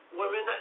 women